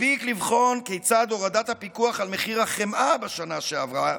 מספיק לבחון כיצד הורדת הפיקוח על מחיר החמאה בשנה שעברה,